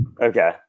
Okay